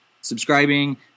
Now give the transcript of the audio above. subscribing